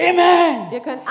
Amen